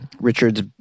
Richard's